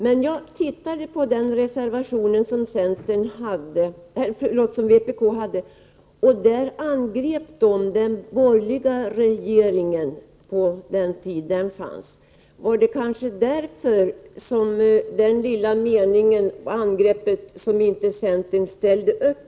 När jag tittade på den reservation vpk hade fann jag att den angrep den borgerliga regeringen på den tiden denna fanns. Det är kanske därför som inte centern ställde upp.